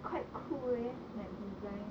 quite cool leh like design